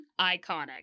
iconic